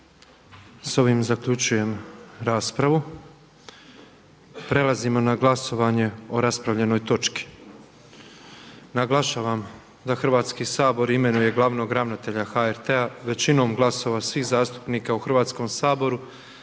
S ovim zaključuje raspravu. Prelazimo na glasovanje o raspravljenoj točki. Naglašavam da Hrvatski sabor imenuje glavnog ravnatelja HRT-a većinom glasova svih zastupnika u Hrvatskom saboru